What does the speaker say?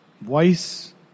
voice